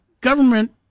government